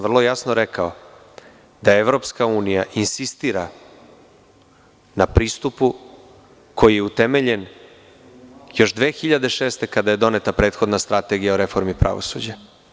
Vrlo jasno sam rekao da EU insistira na pristupu koji je utemeljen još 2006. godine, kada je doneta prethodna Strategija o reformi pravosuđa.